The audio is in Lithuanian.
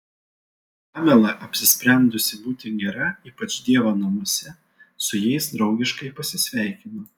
pamela apsisprendusi būti gera ypač dievo namuose su jais draugiškai pasisveikino